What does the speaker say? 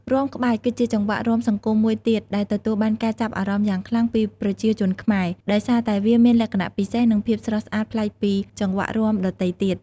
រាំក្បាច់ គឺជាចង្វាក់រាំសង្គមមួយទៀតដែលទទួលបានការចាប់អារម្មណ៍យ៉ាងខ្លាំងពីប្រជាជនខ្មែរ ដោយសារតែវាមានលក្ខណៈពិសេស និងភាពស្រស់ស្អាតប្លែកពីចង្វាក់រាំដទៃទៀត។